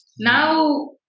Now